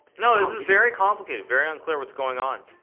no this is very complicated very unclear what's going on